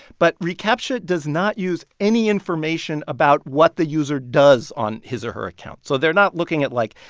but recaptcha does not use any information about what the user does on his or her account. so they're not looking at, like,